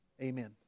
Amen